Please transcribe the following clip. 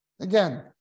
Again